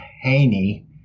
Haney